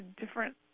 different